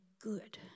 good